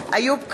איוב קרא,